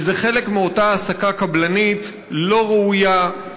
וזה חלק מאותה העסקה קבלנית לא ראויה,